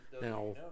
Now